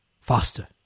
Faster